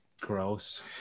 gross